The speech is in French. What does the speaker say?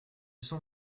sang